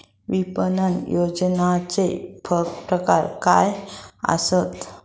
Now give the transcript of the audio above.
विपणन नियोजनाचे प्रकार काय आसत?